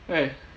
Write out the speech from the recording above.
where